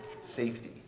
safety